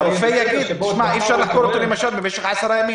שהרופא יגיד: אי אפשר לחקור אותו במשך 10 ימים.